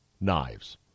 knives